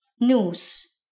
news